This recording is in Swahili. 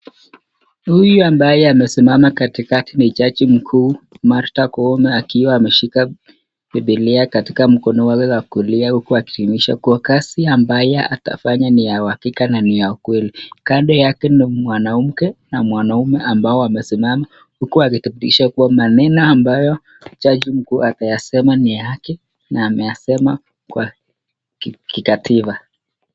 Huyu ambaye amesimama katikati ni Jaji Mkuu Martha Koome akiwa ameshika Biblia katika mkono wake wa kulia huku akithibitisha kuwa kazi ambayo atafanya ni ya uhakika na ni ya ukweli. Kando yake ni mwanamke na mwanamume ambao wamesimama huku wakithibitisha kuwa maneno ambayo Jaji Mkuu atayasema ni ya haki na ameyasema kwa kikatiba.